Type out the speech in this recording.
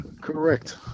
Correct